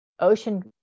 Ocean